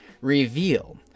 reveal